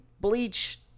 Bleach